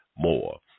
more